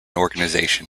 organisation